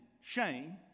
shame